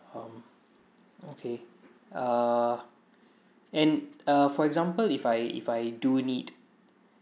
um okay ah and uh for example if I if I do need